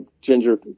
ginger